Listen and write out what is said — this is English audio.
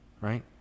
right